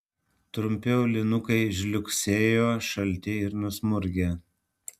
trumpi aulinukai žliugsėjo šalti ir nusmurgę